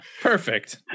Perfect